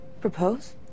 propose